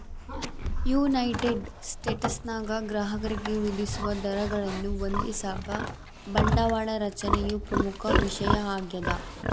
United ಸ್ಟೇಟ್ಸ್ನಾಗ ಗ್ರಾಹಕರಿಗೆ ವಿಧಿಸುವ ದರಗಳನ್ನು ಹೊಂದಿಸಾಕ ಬಂಡವಾಳ ರಚನೆಯು ಪ್ರಮುಖ ವಿಷಯ ಆಗ್ಯದ